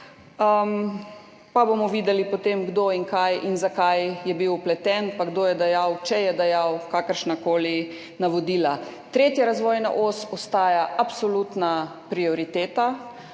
pa bomo potem videli, kdo in kaj in zakaj je bil vpleten pa kdo je dajal, če je dajal, kakršnakoli navodila. 3. razvojna os ostaja absolutna prioriteta,